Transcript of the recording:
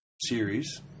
Series